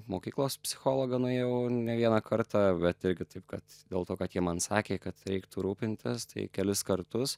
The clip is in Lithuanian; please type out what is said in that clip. mokyklos psichologą nuėjau ne vieną kartą bet irgi taip kad dėl to kad ji man sakė kad reiktų rūpintis tai kelis kartus